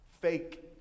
Fake